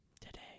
Today